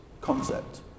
concept